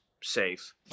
safe